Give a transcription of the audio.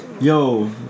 Yo